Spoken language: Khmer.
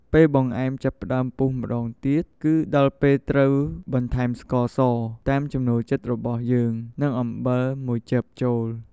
ពេលបង្អែមចាប់ផ្ដើមពុះម្តងទៀត គឺដល់ពេលត្រូវ បន្ថែមស្ករស តាមចំណូលចិត្តរបស់យើង និង អំបិល ១ ចឹបចូល។